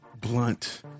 blunt